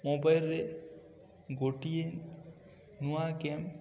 ମୋବାଇଲରେ ଗୋଟିଏ ନୂଆ ଗେମ୍